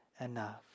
enough